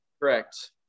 correct